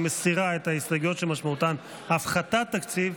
מסירה את ההסתייגויות שמשמעותן הפחתת תקציב,